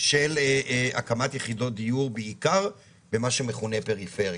של הקמת יחידות דיור במה שמכונה פריפריה.